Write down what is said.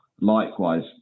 likewise